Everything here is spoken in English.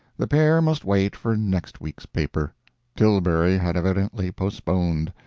the pair must wait for next week's paper tilbury had evidently postponed.